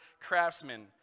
craftsmen